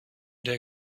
der